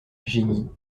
geignit